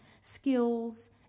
skills